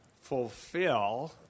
fulfill